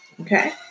okay